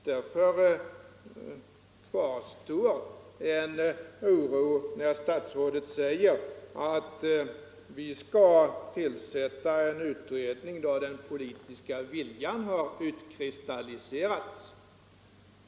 Därför kvarstår en oro när statsrådet säger att vi skall tillsätta en utredning då den politiska viljan har utkristalliserats.